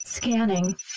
Scanning